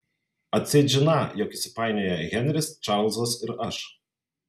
atseit žiną jog įsipainioję henris čarlzas ir aš